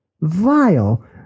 vile